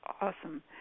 awesome